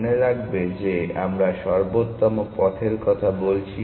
মনে রাখবে যে আমরা সর্বোত্তম পথের কথা বলছি